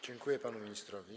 Dziękuję panu ministrowi.